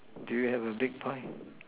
do you have a big pie